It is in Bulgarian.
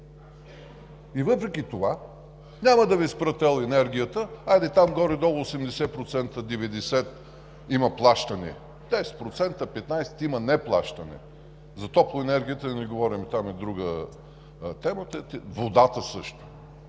И въпреки това няма да Ви спрат електроенергията – хайде, там горе-долу 80 – 90% има плащане, 10 – 15% има неплащане. За топлоенергията да не говорим – там е друга темата, водата също.